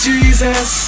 Jesus